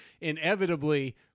inevitably